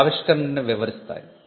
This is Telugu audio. అవి ఆవిష్కరణను వివరిస్తాయి